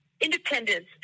independence